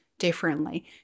differently